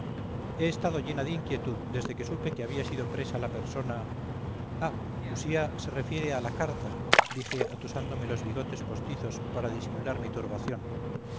he estado llena de inquietud desde que supe que había sido presa la persona ah usía se refiere a la carta dije atusándome los bigotes postizos para disimular mi turbación